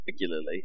regularly